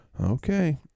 Okay